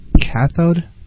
Cathode